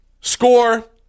score